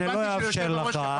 אני לא אאפשר לך,